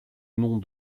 noms